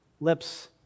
lips